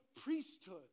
priesthood